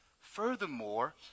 Furthermore